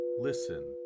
listen